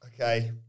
Okay